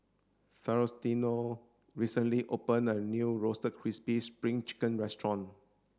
Faustino recently opened a new roasted crispy spring chicken restaurant